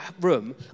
room